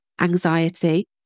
anxiety